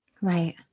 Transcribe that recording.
Right